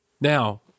Now